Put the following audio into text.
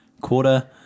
quarter